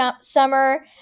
summer